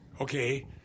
okay